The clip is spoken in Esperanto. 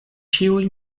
ĉiuj